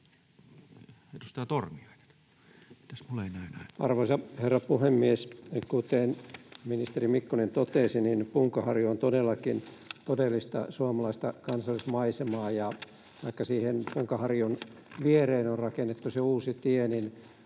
Arvoisa herra puhemies! Kuten ministeri Mikkonen totesi, Punkaharju on todellakin todellista suomalaista kansallismaisemaa, ja vaikka siihen Punkaharjun viereen on rakennettu se uusi tie,